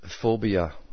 Phobia